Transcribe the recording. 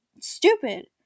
stupid